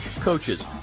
Coaches